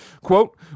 quote